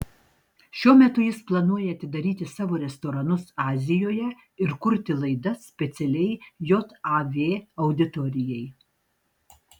šiuo metu jis planuoja atidaryti savo restoranus azijoje ir kurti laidas specialiai jav auditorijai